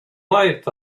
life